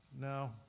No